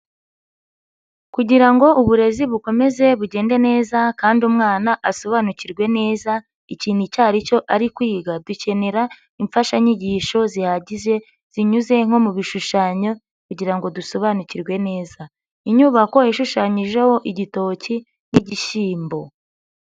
Kugira ngo uburezi bukomeze bugende neza kandi umwana asobanukirwe neza ikintu icyo aricyo ari kwiga, dukenera imfashanyigisho zihagije zinyuze nko mu bishushanyo kugira ngo dusobanukirwe neza. Inyubako ishushanyijeho igitoki n'igishyimbo.